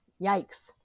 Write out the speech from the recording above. yikes